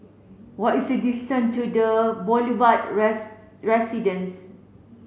what is the distance to The Boulevard Residence